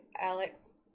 Alex